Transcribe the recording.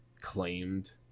claimed